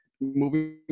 moving